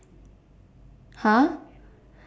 !huh!